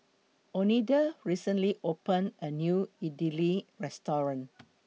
Oneida recently opened A New Idili Restaurant